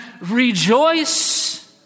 rejoice